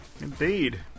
Indeed